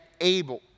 able